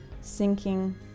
sinking